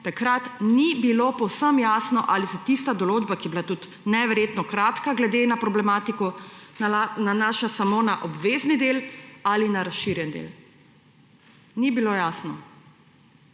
takrat ni bilo povsem jasno, ali se tista določba, ki je bila tudi neverjetno kratka glede na problematiko, nanaša samo na obvezni del ali na razširjen del. Ni bilo jasno.